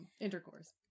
intercourse